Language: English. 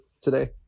today